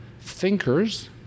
thinkers